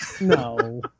No